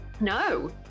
no